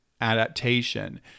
adaptation